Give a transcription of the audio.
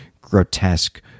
grotesque